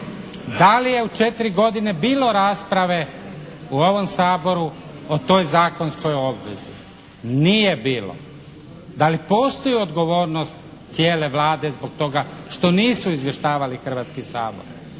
Da li je u 4 godine bilo rasprave u ovom Saboru o toj zakonskoj obvezi? Nije bilo. Da li postoji odgovornost cijele Vlade zbog toga što nisu izvještavali Hrvatski sabor?